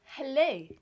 Hello